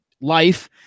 life